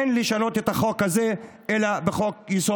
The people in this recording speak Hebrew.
אין לשנות את החוק הזה אלא בחוק-יסוד